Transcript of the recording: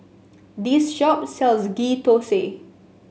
this shop sells Ghee Thosai